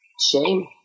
shame